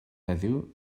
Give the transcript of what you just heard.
heddiw